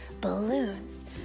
balloons